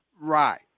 Right